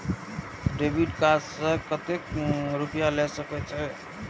Debit card से कतेक रूपया ले सके छै?